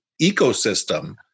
ecosystem